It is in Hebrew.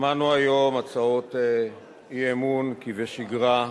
שמענו היום הצעות אי-אמון כבשגרה,